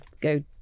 go